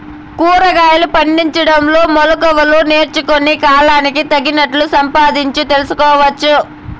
కూరగాయలు పండించడంలో మెళకువలు నేర్చుకుని, కాలానికి తగినట్లు సంపాదించు తెలుసుకోవచ్చు